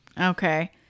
Okay